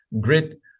grit